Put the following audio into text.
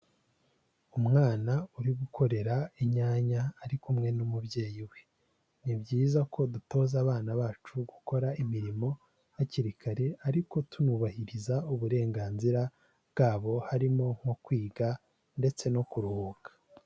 Umwana uri gukorera inyanya ari kumwe n'umubyeyi we, ni byiza ko dutoza abana bacu gukora imirimo hakiri kare ariko tunubahiriza uburenganzira bwabo harimo nko kwiga ndetse no kuruhuka.